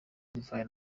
divayi